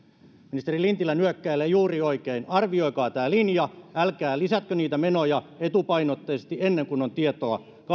ministeri lintilä nyökkäilee juuri oikein arvioikaa tämä linja älkää lisätkö niitä menoja etupainotteisesti ennen kuin on tietoakaan